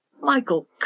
Michael